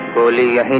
earlier,